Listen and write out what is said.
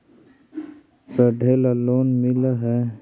पढ़े ला लोन मिल है?